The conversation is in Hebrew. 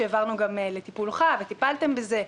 שגם העברנו לטיפולך וטיפלתם בזה,